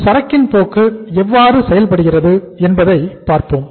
இப்போது சரக்கின் போக்கு எவ்வாறு செயல்படுகிறது என்பதை பார்ப்போம்